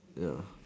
ya